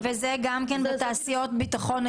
אוקיי, וזה גם בתעשיות הביטחון?